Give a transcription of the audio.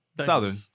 Southern